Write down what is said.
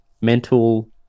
mental